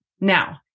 Now